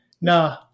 No